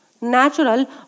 natural